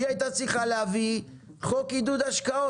והיא הייתה צריכה להביא חוק עידוד השקעות